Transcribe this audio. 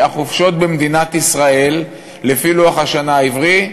העברי: החופשות במדינת ישראל הן לפי לוח השנה העברי,